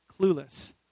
clueless